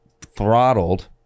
throttled